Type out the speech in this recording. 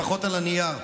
לפחות על הנייר.